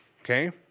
okay